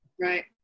Right